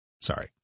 Sorry